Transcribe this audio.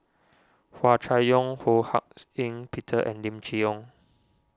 Hua Chai Yong Ho Hak's Ean Peter and Lim Chee Onn